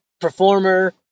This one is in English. performer